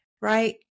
Right